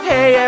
Hey